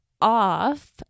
off